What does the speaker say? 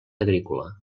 agrícola